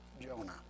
Jonah